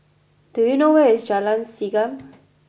do you know where is Jalan Segam